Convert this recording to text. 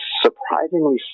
surprisingly